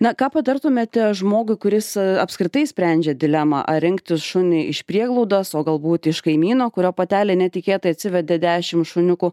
na ką patartumėte žmogui kuris apskritai sprendžia dilemą ar rinktis šunį iš prieglaudos o galbūt iš kaimyno kurio patelė netikėtai atsivedė dešimt šuniukų